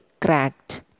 cracked